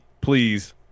please